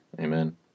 Amen